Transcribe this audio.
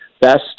best